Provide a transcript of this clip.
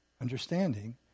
understanding